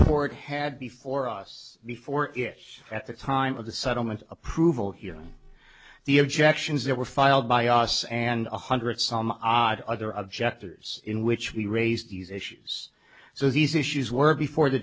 court had before us before it at the time of the settlement approval hearing the objections that were filed by us and one hundred some odd other objectors in which we raised these issues so these issues were before the